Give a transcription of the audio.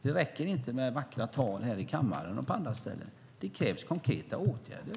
Det räcker inte med vackra tal i kammaren och på andra ställen. Det krävs konkreta åtgärder.